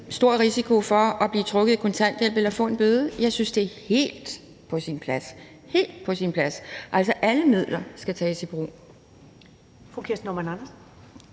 stor risiko for at blive trukket i kontanthjælpen eller få en bøde, er helt på sin plads. Det er helt på sin plads. Altså, alle midler skal tages i brug.